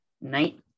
night